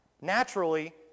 naturally